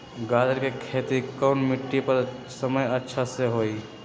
गाजर के खेती कौन मिट्टी पर समय अच्छा से होई?